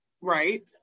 right